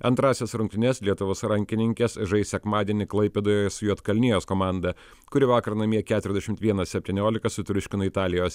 antrąsias rungtynes lietuvos rankininkės žais sekmadienį klaipėdoje su juodkalnijos komanda kuri vakar namie keturiasdešimt vienas septyniolika sutriuškino italijos